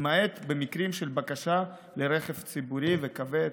למעט מקרים של בקשה לרכב ציבורי וכבד,